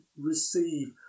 receive